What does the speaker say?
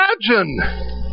imagine